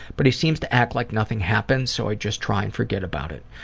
but he seems to act like nothing happened so i just try and forget about it.